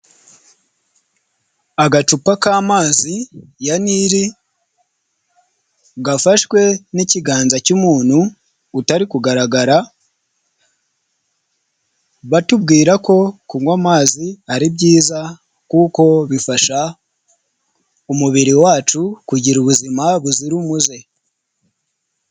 Agacupa k'amazi ya nili gafashwe n'ikiganza cy'umuntu utari kugaragara, batubwira ko kunywa amazi ari byiza kuko bifasha umubiri wacu kugira buzira umuze.